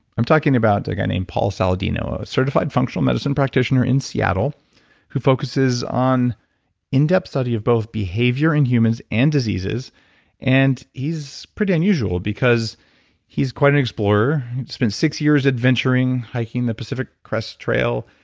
i'm talking about a guy named paul saladino, a certified functional medicine practitioner in seattle who focuses on in-depth study of both behavior in humans and diseases and he's pretty unusual because he's quite an explorer. he spent six years adventuring, hiking the pacific crest trail,